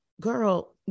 Girl